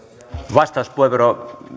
vastauspuheenvuoro